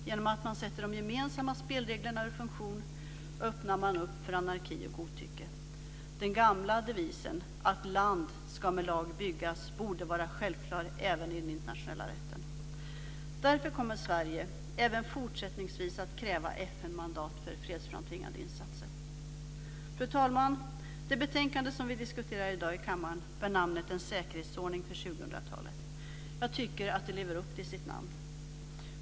Genom att man sätter de gemensamma spelreglerna ur funktion öppnar man för anarki och godtycke. Den gamla devisen "Land ska med lag byggas" borde vara självklar även i den internationella rätten. Därför kommer Sverige även fortsättningsvis att kräva FN-mandat för fredsframtvingande insatser. Fru talman! Det betänkande som vi diskuterar i dag i kammaren bär namnet En säkerhetsordning för 2000-talet. Jag tycker att det lever upp till sitt namn.